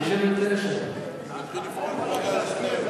אתה יכול להזכיר את השם שלי?